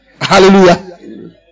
Hallelujah